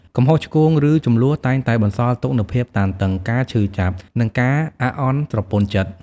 កំហុសឆ្គង ឬជម្លោះតែងតែបន្សល់ទុកនូវភាពតានតឹង ការឈឺចាប់ និងការអាក់អន់ស្រពន់ចិត្ត។